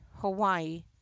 Hawaii